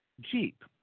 Jeep